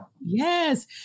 Yes